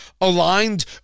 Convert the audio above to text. aligned